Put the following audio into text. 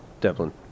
Devlin